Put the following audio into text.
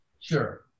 Sure